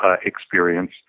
experience